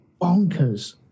bonkers